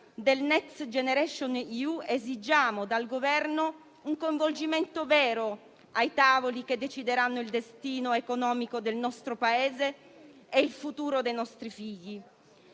del Next generation EU, esigiamo dal Governo un coinvolgimento vero ai tavoli che decideranno il destino economico del nostro Paese e il futuro dei nostri figli.